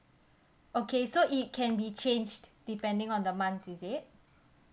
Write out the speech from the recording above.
okay so it can be changed depending on the month is it